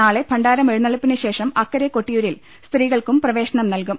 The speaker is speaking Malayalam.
നാളെ ഭണ്ഡാരം എഴുന്നള്ളിപ്പിന് ശേഷം അക്കരെ കൊട്ടിയൂരിൽ സ്ത്രീകൾക്കും പ്രവേശനം നൽകും